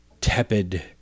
tepid